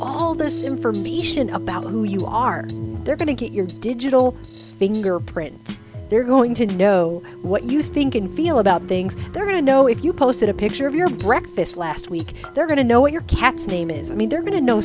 all this information about who you are they're going to get your digital fingerprints they're going to know what you think and feel about things they're going to know if you posted a picture of your breakfast last week they're going to know what your cat's name is i mean they're going to know